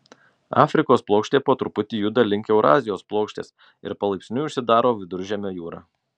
afrikos plokštė po truputį juda link eurazijos plokštės ir palaipsniui užsidaro viduržemio jūra